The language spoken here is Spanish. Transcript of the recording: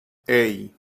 hey